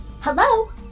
Hello